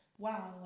Wow